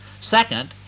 second